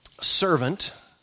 servant